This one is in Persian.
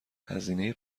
هزینه